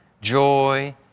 joy